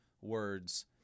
words